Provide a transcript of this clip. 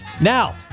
Now